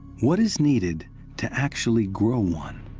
what is needed to actually grow one?